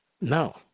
No